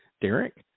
Derek